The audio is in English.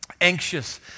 Anxious